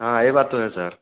हाँ यह बात तो है सर